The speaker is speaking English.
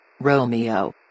romeo